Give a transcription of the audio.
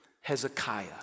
hezekiah